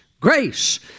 grace